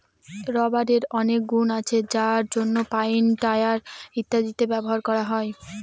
রাবারের অনেক গুন আছে যার জন্য পাইপ, টায়ার ইত্যাদিতে ব্যবহার হয়